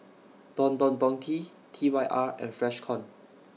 Don Don Donki T Y R and Freshkon